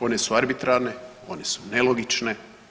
One su arbitrarne, one su nelogične.